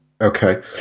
Okay